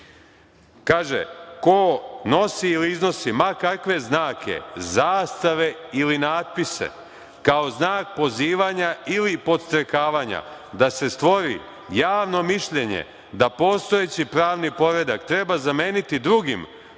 šake, „nosi ili iznosi ma kakve znake, zastave ili natpise, kao znak pozivanja ili podstrekavanja da se stvori javno mišljenje da postojeći pravni poredak treba zameniti drugim